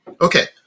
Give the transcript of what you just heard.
okay